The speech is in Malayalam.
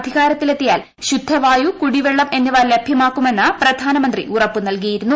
അധികാരത്തിലെത്തിയാൽ ശുദ്ധവായു കുടിവെള്ളം എന്നിവ ലഭ്യമാക്കുമെന്ന് പ്രധാനമന്ത്രി ഉറപ്പു നൽകിയിരുന്നു